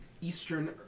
Eastern